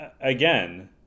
again